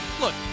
Look